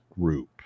group